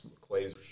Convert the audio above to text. clays